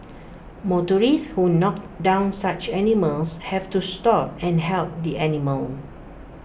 motorists who knocked down such animals have to stop and help the animal